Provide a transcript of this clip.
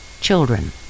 children